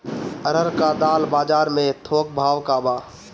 अरहर क दाल बजार में थोक भाव का बा?